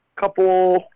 couple